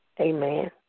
amen